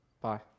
Bye